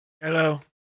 Hello